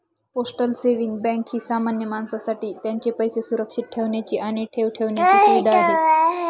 postal saving bank ही सामान्य माणसासाठी त्यांचे पैसे सुरक्षित ठेवण्याची आणि ठेव ठेवण्याची सुविधा आहे